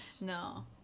No